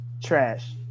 trash